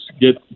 get